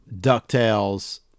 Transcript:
DuckTales